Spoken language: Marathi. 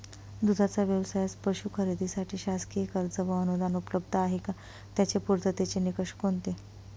दूधाचा व्यवसायास पशू खरेदीसाठी शासकीय कर्ज व अनुदान उपलब्ध आहे का? त्याचे पूर्ततेचे निकष कोणते?